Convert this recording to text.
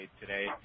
today